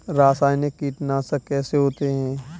रासायनिक कीटनाशक कैसे होते हैं?